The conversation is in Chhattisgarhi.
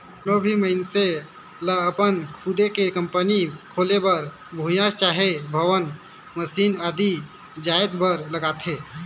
कोनो भी मइनसे लअपन खुदे के कंपनी खोले बर भुंइयां चहे भवन, मसीन आदि जाएत बर लागथे